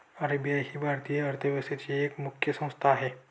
RBI ही भारतीय अर्थव्यवस्थेची एक मुख्य संस्था आहे